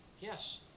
Yes